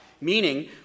Meaning